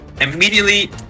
Immediately